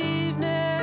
evening